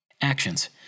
Actions